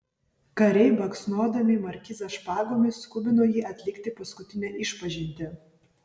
kariai baksnodami markizą špagomis skubino jį atlikti paskutinę išpažintį